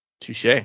Touche